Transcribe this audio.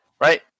right